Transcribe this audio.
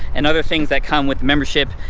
and other things that come with the membership.